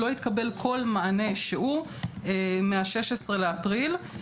לא התקבל כל מענה שהוא מ-16 באפריל.